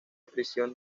prisión